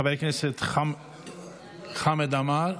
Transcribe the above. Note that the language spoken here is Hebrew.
חבר הכנסת חמד עמאר,